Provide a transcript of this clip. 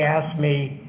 asked me,